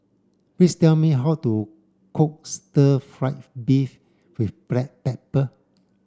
please tell me how to cook stir fry beef with black pepper